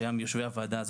שהיה מיושבי הוועדה הזאת,